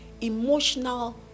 emotional